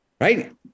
right